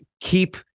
keep